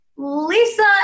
Lisa